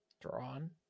drawn